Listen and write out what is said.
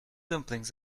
dumplings